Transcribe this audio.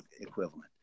equivalent